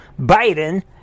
Biden